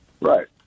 Right